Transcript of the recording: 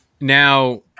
Now